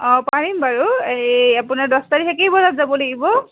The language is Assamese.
অঁ পাৰিম বাৰু এই আপোনাৰ দহ তাৰিখে কেইবজাত যাব লাগিব